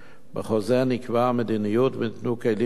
בחוזר נקבעה מדיניות וניתנו כלים למורים